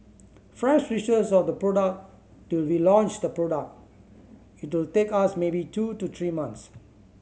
from research of the product till we launch the product it will take us maybe two to three months